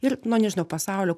ir na nežinau pasaulio